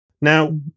Now